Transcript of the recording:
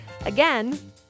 Again